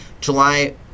july